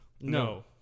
No